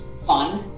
fun